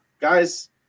guys